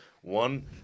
one